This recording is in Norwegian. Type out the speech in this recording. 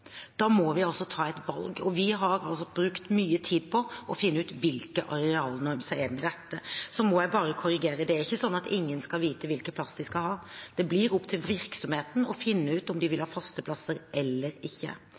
Da må vi ta et valg, og vi har brukt mye tid på å finne ut hvilken arealnorm som er den rette. Så må jeg bare korrigere: Det er ikke sånn at ingen skal vite hvilken plass de skal ha. Det blir opp til virksomheten å finne ut om de vil ha faste plasser eller ikke.